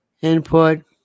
Input